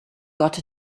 got